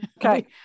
Okay